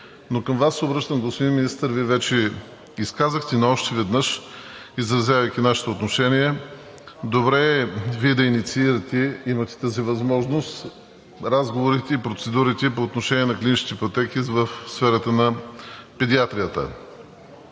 Но към Вас се обръщам, господин Министър, Вие вече изказахте, но още веднъж, изразявайки нашето отношение, добре е Вие да инициирате – имате тази възможност, разговорите и процедурите по отношение на клиничните пътеки в сферата на педиатрията.